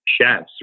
chefs